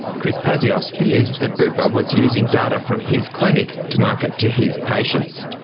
chris pazios feared that bupa was using data from his clinic to market to his patients.